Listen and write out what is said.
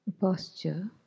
Posture